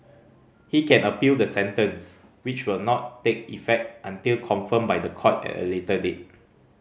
he can appeal the sentence which will not take effect until confirmed by the court at a later date